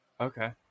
Okay